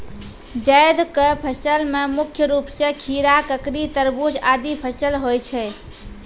जैद क फसल मे मुख्य रूप सें खीरा, ककड़ी, तरबूज आदि फसल होय छै